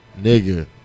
nigga